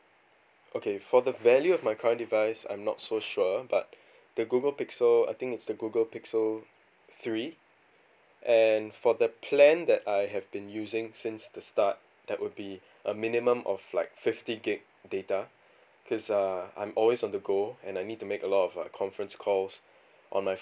okay for the value of my current device I'm not so sure but the google pixel I think it's the google pixel three and for the plan that I have been using since the start that would be a minimum of like fifty gig data cause uh I'm always on the go and I need to make a lot of like conference calls on my